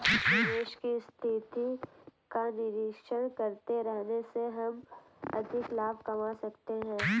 निवेश की स्थिति का निरीक्षण करते रहने से हम अधिक लाभ कमा सकते हैं